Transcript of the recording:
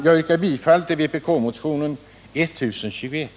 Jag yrkar bifall till vpk-motionen 1021.